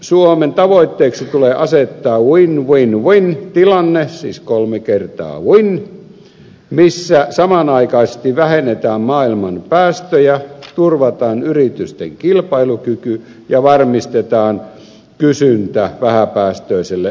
suomen tavoitteeksi tulee asettaa win win win tilanne siis kolme kertaa win missä samanaikaisesti vähennetään maailman päästöjä turvataan yritysten kilpailukyky ja varmistetaan kysyntä vähäpäästöiselle teknologialle